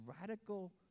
radical